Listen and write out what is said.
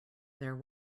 there